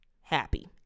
happy